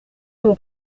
mon